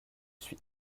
suis